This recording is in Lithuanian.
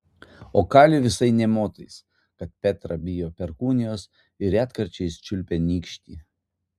o kali visai nė motais kad petra bijo perkūnijos ir retkarčiais čiulpia nykštį